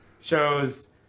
shows